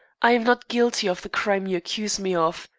i am not guilty of the crime you accuse me of.